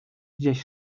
gdzieś